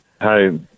Hi